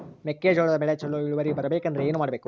ಮೆಕ್ಕೆಜೋಳದ ಬೆಳೆ ಚೊಲೊ ಇಳುವರಿ ಬರಬೇಕಂದ್ರೆ ಏನು ಮಾಡಬೇಕು?